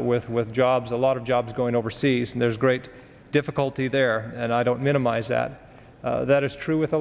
with with jobs a lot of jobs going overseas and there's great difficulty there and i don't minimize that that is true with a